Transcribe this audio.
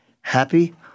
happy